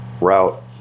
route